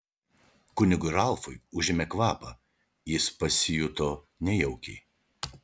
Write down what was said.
kunigui ralfui užėmė kvapą jis pasijuto nejaukiai